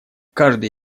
каждый